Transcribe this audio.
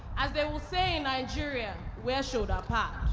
as they will say nigeria, wear shoulder pad.